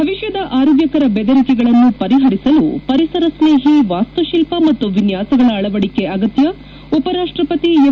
ಭವಿಷ್ಯದ ಆರೋಗ್ಯಕರ ಬೆದರಿಕೆಗಳನ್ನು ಪರಿಪರಿಸಲು ಪರಿಸರ ಸ್ನೇಹಿ ವಾಸ್ತುಶಿಲ್ಪ ಮತ್ತು ವಿನ್ಯಾಸಗಳ ಅಳವಡಿಕೆ ಅಗತ್ತ ಉಪರಾಷ್ಟಪತಿ ಎಂ